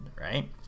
right